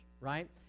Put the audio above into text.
right